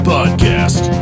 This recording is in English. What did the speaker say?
Podcast